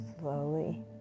slowly